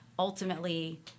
ultimately